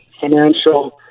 financial